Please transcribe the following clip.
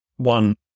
one